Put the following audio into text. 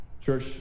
Church